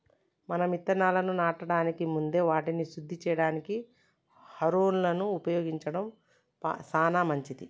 మనం ఇత్తనాలను నాటడానికి ముందే వాటిని శుద్ది సేయడానికి హారొలను ఉపయోగించడం సాన మంచిది